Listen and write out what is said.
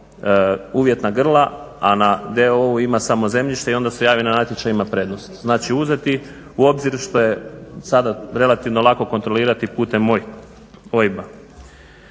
uvjetna grla, a na d.o.o. ima samo zemljište i onda se javi na natječaj i ima prednost. Znači uzeti u obzir što je sada relativno lako kontrolirati putem OIB-a.